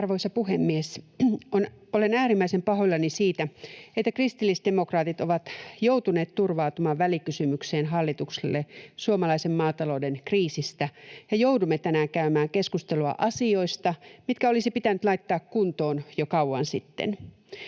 Arvoisa puhemies! Olen äärimmäisen pahoillani siitä, että kristillisdemokraatit ovat joutuneet turvautumaan välikysymykseen hallitukselle suomalaisen maatalouden kriisistä ja joudumme tänään käymään keskustelua asioista, mitkä olisi pitänyt laittaa kuntoon jo kauan sitten.